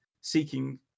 seeking